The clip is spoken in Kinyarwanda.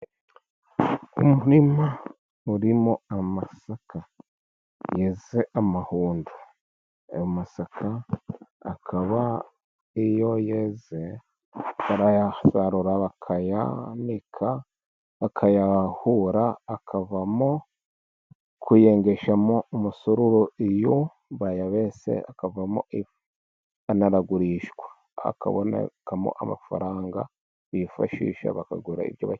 Umurima urimo amasaka yeze amahundo. Ayo masaka akaba iyo yeze barayasarura bakayanika, bakayahura, akavamo kuyengeshamo umusururu iyo bayabese, akavamo ifu. Anaragurishwa akabonekamo amafaranga bifashisha bakagura ibyo bakeneye.